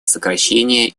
сокращении